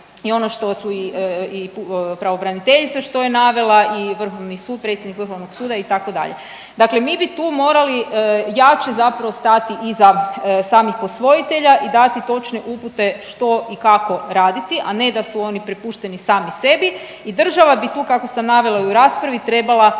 i ono što su i pravobraniteljica što je navela i Vrhovni sud predsjednik Vrhovnog suda itd., dakle mi bi tu morali jače stati iza samih posvojitelja i dati točne upute što i kako raditi, a ne da su oni prepušteni sami sebi. I država bi tu kako sam navela i u rasprava trebala